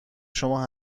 شما